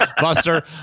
Buster